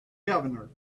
governor